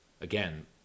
Again